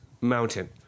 mountain